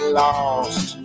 lost